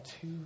two